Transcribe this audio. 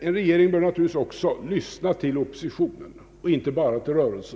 En regering bör naturligtvis också lyssna till oppositionen och inte bara till rörelsen.